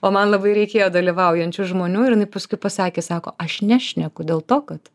o man labai reikėjo dalyvaujančių žmonių ir jinai paskui pasakė sako aš nešneku dėl to kad